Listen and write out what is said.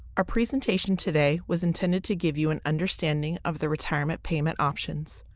our presentation today was intended to give you an understanding of the retirement payment options.